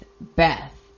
Beth